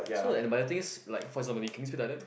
so that but the thing is like for example can you speak dialect